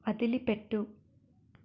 వదిలిపెట్టు